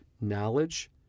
knowledge